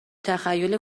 تخیل